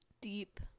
Deep